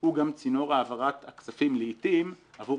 הוא גם צינור העברת הכספים לעתים עבור